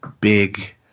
big